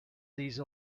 these